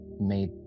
made